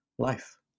life